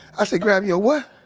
i said, grab your what?